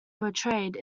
portrayed